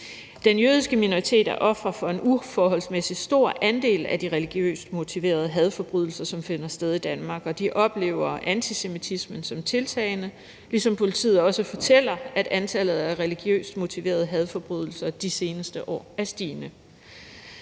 Den jødiske minoritet er offer for en uforholdsmæssig stor andel af de religiøst motiverede hadforbrydelser, som finder sted i Danmark, og de oplever antisemitismen som tiltagende, ligesom politiet også fortæller, at antallet af religiøst motiverede hadforbrydelser de seneste år har været stigende.